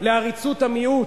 לעריצות המיעוט,